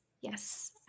Yes